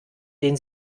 den